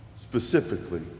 specifically